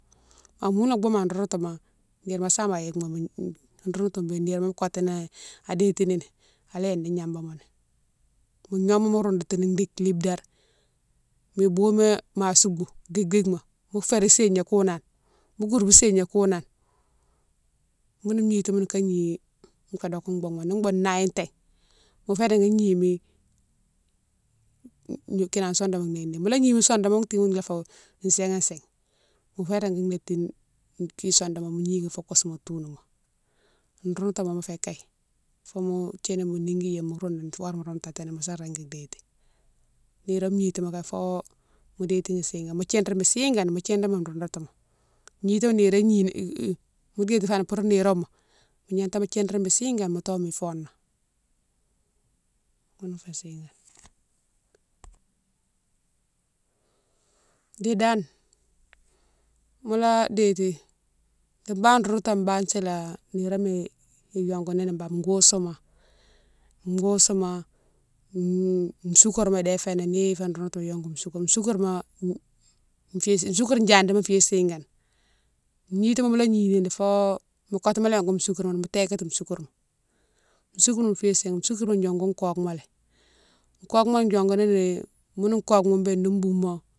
Wonfou nimo fé an roundoutouma nirema same a yike moni roundoutou bé nirema mo kotouni a détini ni ala yédi gnabamoni, mo gnoma mo roundoutouni dike lidare mo bouyema ma soubou dike dike ma, mo férine signa kounane mo kourbou signa kounane moune gniti moune ka gni fé dokou boughe malé, ni boughoune naghi té mo fé régui gnimi kinan sodama néghine nighine mo gnini sodoma toumo déne fo sighine sighe, mofé régui nétine sodama gnini fo kousouma tounoumo roundoutouma mofé kaye fo mo thini mo nigui yéma mo roundouni fo horé minan mo roumtoutini mosa régui déti. Nirome gnitima fo détine sigane, mo thirane sigane mo thirane mo roundoutouma, gnitima nirone gnini mo déti fani pour niroma mo gnata mo thirini sigane mo toye ni fona, ghounne fé sigane. Di dane mola déti di bane roundoutouma bane sila niroma iyongounini bane, goustouma, goustouma, soucarma dé fénan nifé roundoutouma iyongou soucarma, soucarma féyi séne, soucarne diadima fiyé siganan, gnitima mola gnini fo motou mola yongou soucarma tékati soucarma, soucourma féyi séne, soucourma yongou kokou malé, kokouma diongouni ni mounou kokou noung bé ni boumo.